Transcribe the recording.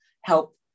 help